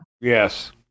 Yes